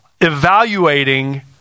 evaluating